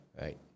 Right